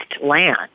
land